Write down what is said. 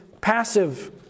passive